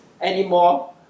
anymore